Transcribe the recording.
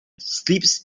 sleeps